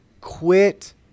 quit